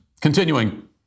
Continuing